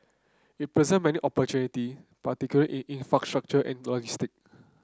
it present many opportunity particularly in infrastructure and logistic